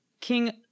King